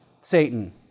Satan